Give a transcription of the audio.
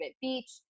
beach